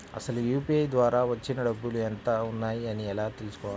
అసలు యూ.పీ.ఐ ద్వార వచ్చిన డబ్బులు ఎంత వున్నాయి అని ఎలా తెలుసుకోవాలి?